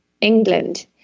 England